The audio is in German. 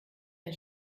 ein